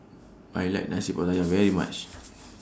I like Nasi Pattaya very much